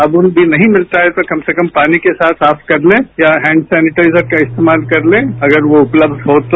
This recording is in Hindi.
साबुन भी नहीं मिलता है तो कम से कम पानी के साथ साफ कर लें या हैंड सेनिटाइजर का इर्स्तेमाल कर लें अगर वो उपलब्ध हो तो